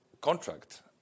contract